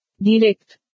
Direct